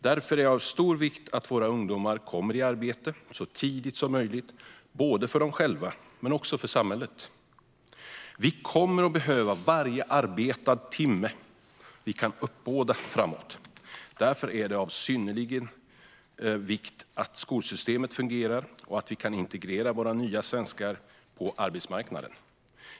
Därför är det av stor vikt att våra ungdomar kommer i arbete så tidigt som möjligt, både för dem själva och för samhället. Vi kommer att behöva varje arbetad timme vi kan uppbåda framåt. Därför är det av synnerlig vikt att skolsystemet fungerar och att vi kan integrera våra nya svenskar på arbetsmarknaden.